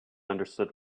understood